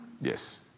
Yes